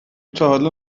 تاحالا